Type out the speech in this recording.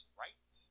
right